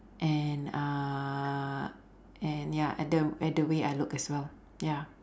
and uh and ya at the at the way I look as well ya